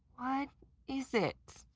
what is it?